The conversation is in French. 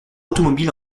automobile